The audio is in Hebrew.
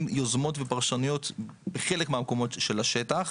יוזמות ופרשנויות בחלק מהמקומות של השטח,